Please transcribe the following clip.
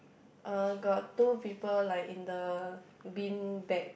got two people like in the bean bag